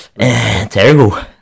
Terrible